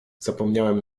zapomniałem